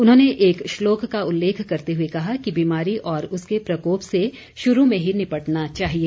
उन्होंने एक श्लोक का उल्लेख करते हुए कहा कि बीमारी और उसके प्रकोप से शुरू में ही निपटना चाहिए